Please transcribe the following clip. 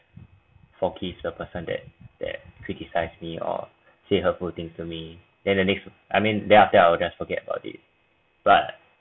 forgive a person that that criticise me or say hurtful things to me than the next I mean then after that I will just forget about it but